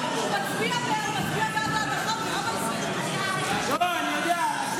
אלמוג, הוא מצביע ההדחה, לא, אני יודע.